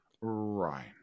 right